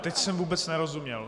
Teď jsem vůbec nerozuměl.